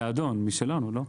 סעדון, משלנו, לא?